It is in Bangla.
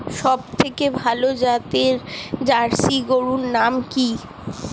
সবথেকে ভালো জাতের জার্সি গরুর নাম কি?